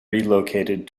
relocated